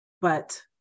but-